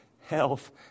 health